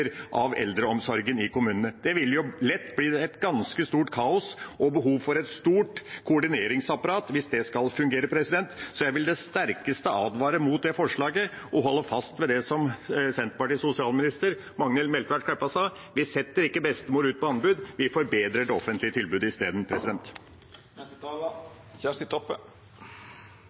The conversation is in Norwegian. av eldreomsorgen i kommunene. Det vil lett bli et ganske stort kaos og behov for et stort koordineringsapparat hvis det skal fungere. Jeg vil på det sterkeste advare mot det forslaget – og holde fast ved det som Senterpartiets sosialminister Magnhild Meltveit Kleppa sa: Vi setter ikke bestemor ut på anbud. Vi forbedrer det offentlige tilbudet